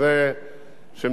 כשמדובר על מחלף טורעאן,